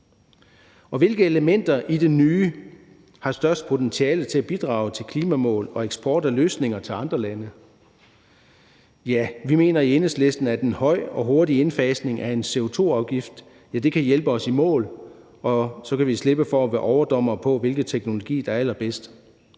Hvilke elementer i det nye har det største potentiale til at bidrage til klimamål og eksport af løsninger til andre lande? Ja, vi mener i Enhedslisten, at en hurtig indfasning af en høj CO2-afgift kan hjælpe os i mål, og at vi så kan slippe for at være overdommere på, hvilken teknologi der er allerbedst.